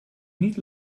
niet